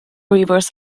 rivers